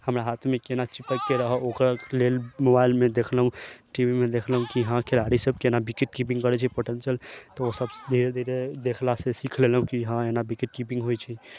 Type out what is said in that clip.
हमरा हाथ मे केना चिपैक रहऽ ओकर लेल मोबाइल मे देखलहुॅं टी वी मे देखलहुॅं की हँ खिलाड़ी सब केना विकेट कीपिंग करै छै पर ओसब धीरे धीरे देखला से सीख लेलहुॅं की हम एना विकेट कीपिंग होइ छै